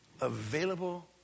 available